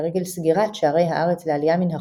לרגל סגירת שערי הארץ לעלייה מן החוץ,